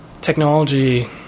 technology